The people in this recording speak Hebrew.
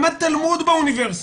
למד תלמוד באוניברסיטה,